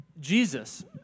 Jesus